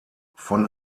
von